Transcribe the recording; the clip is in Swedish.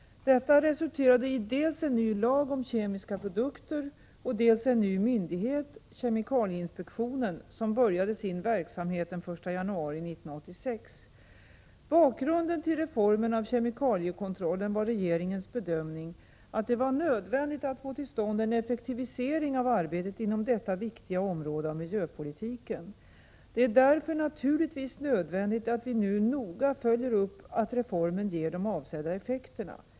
1986/87:119 = resulterade i dels en ny lag om kemiska produkter, dels en ny myndighet, 8 maj 1987 kemikalieinspektionen, som började sin verksamhet den 1 januari 1986. mor oa RR Bakgrunden till reformen av kemikaliekontrollen var regeringens bedömning att det var nödvändigt att få till stånd en effektivisering av arbetet inom detta viktiga område av miljöpolitiken. Det är därför naturligtvis nödvändigt att vi nu noga följer upp att reformen ger de avsedda effekterna.